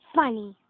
funny